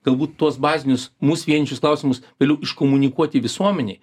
galbūt tuos bazinius mus vienyjančius klausimus vėliau iškomunikuoti visuomenei